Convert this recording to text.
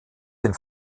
den